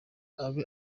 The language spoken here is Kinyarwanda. abe